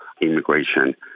immigration